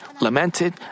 lamented